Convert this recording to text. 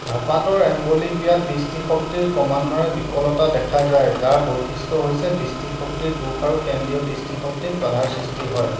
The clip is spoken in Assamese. ধঁপাতৰ এম্ব্লিঅ'পিয়াত দৃষ্টিশক্তিৰ ক্ৰমান্বয়ে বিকলতা দেখা যায় যাৰ বৈশিষ্ট্য হৈছে দৃষ্টিশক্তিৰ দোষ আৰু কেন্দ্ৰীয় দৃষ্টিশক্তিত বাধাৰ সৃষ্টি হয়